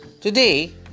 Today